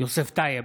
יוסף טייב,